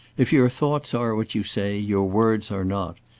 if your thoughts are what you say, your words are not.